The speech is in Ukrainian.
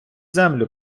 землю